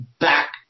back